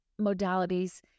modalities